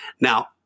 Now